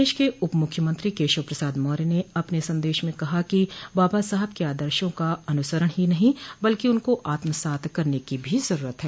प्रदेश के उप मुख्यमंत्री केशव प्रसाद मौर्य ने अपने संदेश में कहा कि बाबा साहब के आदर्शो का अनुसरण ही नहीं बल्कि उनको आत्मसात करने की भी जरूरत है